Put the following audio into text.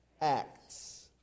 Acts